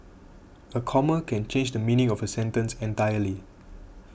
a comma can change the meaning of a sentence entirely